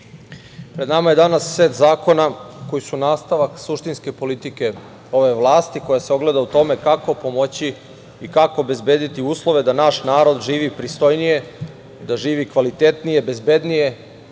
nama je danas set zakona koji su nastavak suštinske politike ove vlasti koja se ogleda u tome kako pomoći i kako obezbediti uslove da naš narod živi pristojnije, da živi kvalitetnije, bezbednije